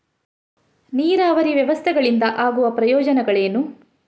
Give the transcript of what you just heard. ನೀರಾವರಿ ವ್ಯವಸ್ಥೆಗಳಿಂದ ಆಗುವ ಪ್ರಯೋಜನಗಳೇನು?